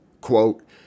Quote